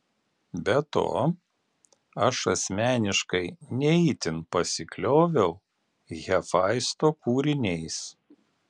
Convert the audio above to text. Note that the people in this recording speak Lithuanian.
be to aš asmeniškai ne itin pasiklioviau hefaisto kūriniais